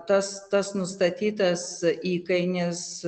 tas tas nustatytas įkainis